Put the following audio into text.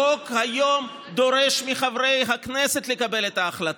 החוק היום דורש מחברי הכנסת לקבל את ההחלטה.